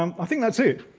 um i think that's it.